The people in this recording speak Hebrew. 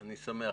אני שמח.